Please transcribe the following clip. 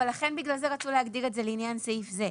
אבל לכן בגלל זה רצו להגדיר את זה לעניין סעיף זה,